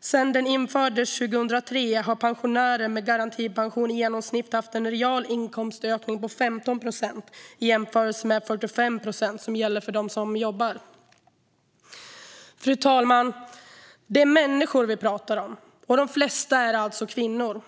Sedan den infördes 2003 har pensionärer med garantipension i genomsnitt haft en realinkomstökning på 15 procent i jämförelse med 45 procent för dem som jobbar. Fru talman! Det är människor vi talar om, och de flesta är alltså kvinnor.